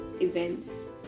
events